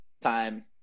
time